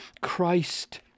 Christ